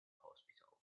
hospital